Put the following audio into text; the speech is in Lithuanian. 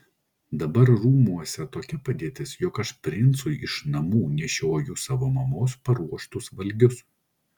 dabar rūmuose tokia padėtis jog aš princui iš namų nešioju savo mamos paruoštus valgius